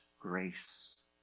grace